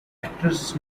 actress